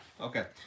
Okay